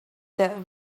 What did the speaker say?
that